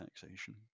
taxation